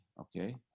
okay